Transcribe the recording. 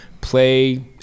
play